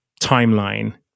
timeline